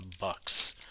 bucks